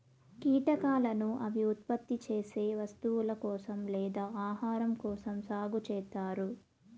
కీటకాలను అవి ఉత్పత్తి చేసే వస్తువుల కోసం లేదా ఆహారం కోసం సాగు చేత్తారు